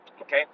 Okay